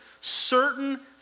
certain